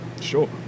Sure